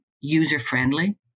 user-friendly